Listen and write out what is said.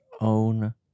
own